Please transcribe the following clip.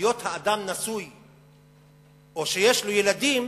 היות האדם נשוי או שיש לו ילדים?